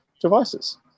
devices